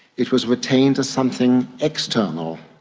it was retained as something external,